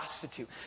prostitute